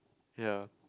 ya